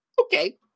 Okay